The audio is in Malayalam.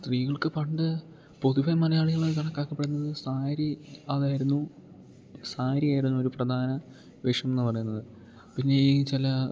സ്ത്രീകൾക്ക് പണ്ട് പൊതുവെ മലയാളികളായി കണക്കാക്കപ്പെടുന്നത് സാരി അതായിരുന്നു സാരിയായിരുന്നൊരു പ്രധാന വേഷം എന്ന് പറയുന്നത് പിന്നെ ഈ ചില